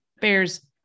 bears